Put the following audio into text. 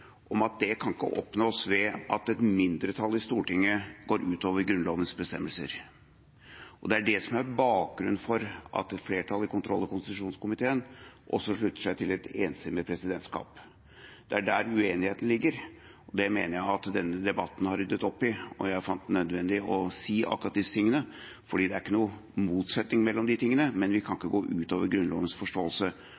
om at dette ikke kan oppnås ved at et mindretall i Stortinget går utover Grunnlovens bestemmelser. Det er det som er bakgrunnen for at et flertall i kontroll- og konstitusjonskomiteen også slutter seg til et enstemmig presidentskap, og det er der uenigheten ligger. Det mener jeg at denne debatten har ryddet opp i, og jeg fant det nødvendig å si akkurat disse tingene, for det er ikke noen motsetning i dette. Men vi kan ikke gå utover Grunnlovens forståelse